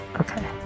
okay